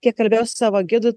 kiek kalbėjau savo gidu